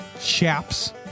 Chaps